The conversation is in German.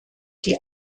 die